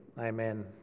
amen